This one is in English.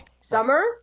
Summer